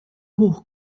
hoch